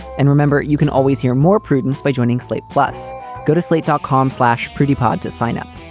and remember, you can always hear more prudence by joining slate. plus go to slate, dot com slash pretty pod to sign up.